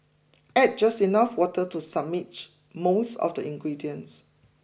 add just enough water to submerge most of the ingredients